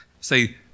say